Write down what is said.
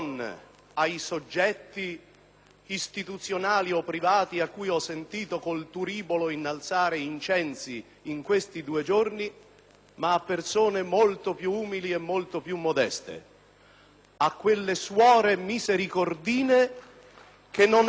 istituzionali o privati a cui ho sentito con il turibolo innalzare incensi in questi due giorni, ma a persone molto più umili e modeste, a quelle suore misericordine che non hanno sposato tesi,